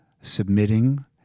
submitting